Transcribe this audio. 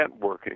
networking